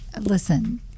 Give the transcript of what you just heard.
Listen